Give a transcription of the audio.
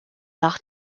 nach